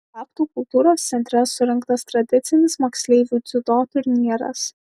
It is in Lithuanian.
babtų kultūros centre surengtas tradicinis moksleivių dziudo turnyras